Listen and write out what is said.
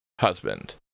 husband